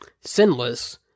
sinless